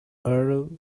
arrow